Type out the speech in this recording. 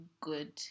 good